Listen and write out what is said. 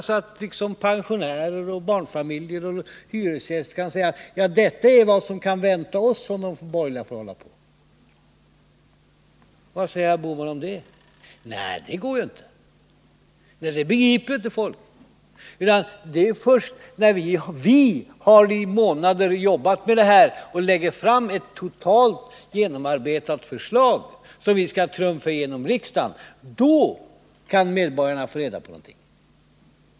Då kunde pensionärer, barnfamiljer och hyresgäster säga: Detta är vad som väntar oss om de borgerliga får hålla på. Vad säger herr Bohman om det? Han säger: Det går ju inte, det begriper inte folk. Det är först när ni i månader har arbetat med frågorna och lagt fram ett fullständigt genomarbetat förslag som skall trumfas igenom i riksdagen som medborgarna kan få reda på någonting.